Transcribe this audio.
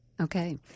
Okay